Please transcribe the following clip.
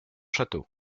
château